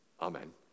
Amen